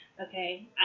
Okay